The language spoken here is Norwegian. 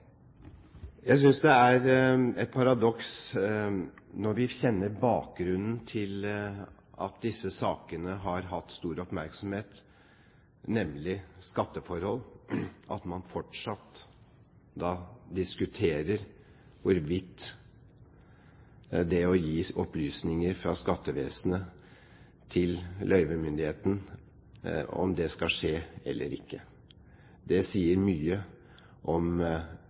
Jeg synes det er et paradoks – når vi kjenner bakgrunnen for at disse sakene har hatt stor oppmerksomhet, nemlig skatteforhold – at man fortsatt diskuterer hvorvidt det å gi opplysninger fra skattevesenet til løyvemyndigheten skal skje eller ikke. Etter min mening sier det mye om